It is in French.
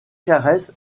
caresses